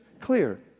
clear